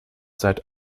seit